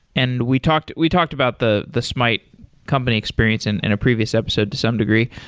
and we talked we talked about the the smyte company experience in a previous episode to some degree.